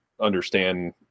understand